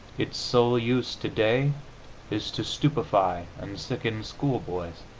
its sole use today is to stupefy and sicken schoolboys.